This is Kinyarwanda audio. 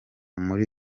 muri